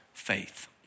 faith